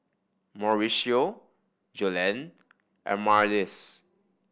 Mauricio Joellen and Marlys